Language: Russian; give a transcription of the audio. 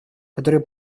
которое